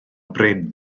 bryn